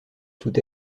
toute